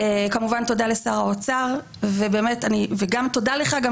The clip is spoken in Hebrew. כמובן תודה לשר האוצר ובאמת גם תודה לך גם